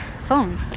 phone